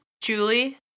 Julie